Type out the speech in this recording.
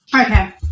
Okay